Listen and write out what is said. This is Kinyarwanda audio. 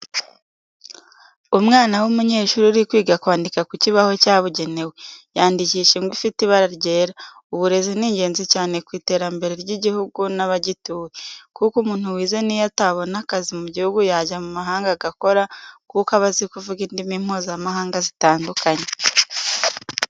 Umwana w'umunyeshuri uri kwiga kwandika ku kibaho cyabugenewe, yandikisha ingwa ifite ibara ryera. Uburezi ni ingenzi cyane ku iterambere ry'igihugu n'abagituye, kuko umuntu wize n'iyo atabona akazi mu gihugu yajya mu mahanga agakora, kuko aba azi kuvuga indimi mpuzamahanga zitandukanye.